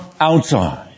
outside